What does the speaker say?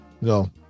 no